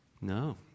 No